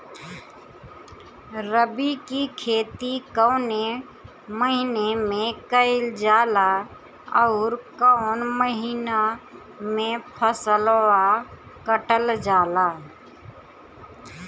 रबी की खेती कौने महिने में कइल जाला अउर कौन् महीना में फसलवा कटल जाला?